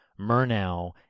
Murnau